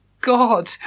god